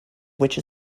which